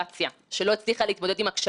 המסר שהכי חשוב לי להדהד פה,